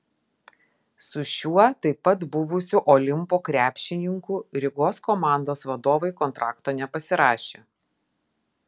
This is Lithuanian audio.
su šiuo taip pat buvusiu olimpo krepšininku rygos komandos vadovai kontrakto nepasirašė